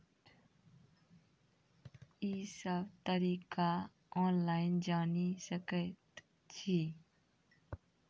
ई सब तरीका ऑनलाइन जानि सकैत छी?